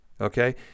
Okay